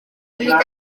imiten